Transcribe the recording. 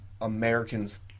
Americans